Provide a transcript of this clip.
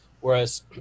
Whereas